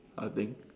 I think